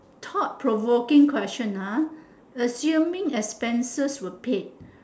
thought provoking question ah assuming expenses were paid